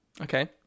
Okay